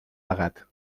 legat